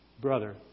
Brother